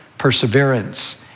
perseverance